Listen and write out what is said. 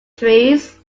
trees